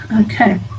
Okay